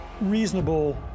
reasonable